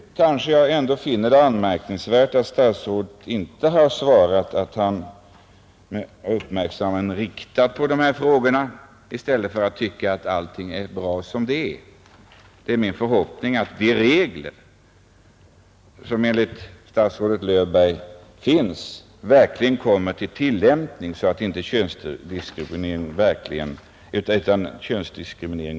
Kanske finner jag det ändå anmärkningsvärt att statsrådet inte har svarat att han har sin uppmärksamhet riktad på de här frågorna i stället för att tycka att allting är bra som det är. Det är min förhoppning att de regler, som enligt statsrådet Löfberg finns, kommer att tillämpas så att könsdiskrimineringen verkligen försvinner.